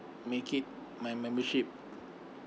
make it my membership